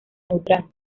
neutral